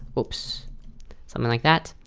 oops something like that.